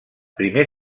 primer